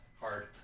hard